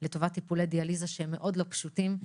לטובת טיפולי דיאליזה שהם מאוד לא פשוטים,